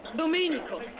domenico.